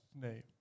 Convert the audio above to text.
name